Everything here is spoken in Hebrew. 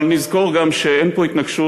אבל נזכור גם שאין פה התנגשות,